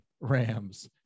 Rams